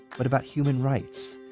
but about human rights.